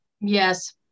Yes